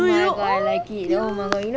oh you know oh ya